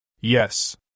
Yes